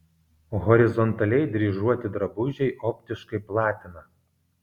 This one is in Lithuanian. horizontaliai dryžuoti drabužiai optiškai platina